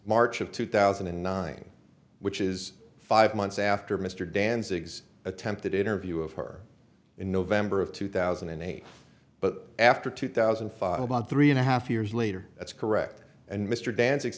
march of two thousand and nine which is five months after mr dan zigs attempted interview of her in november of two thousand and eight but after two thousand and five about three and a half years later that's correct and mr danc